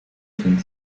befinden